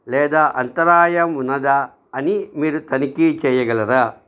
లేదా అంతరాయము ఉందా అని మీరు తనిఖీ చెయ్యగలరా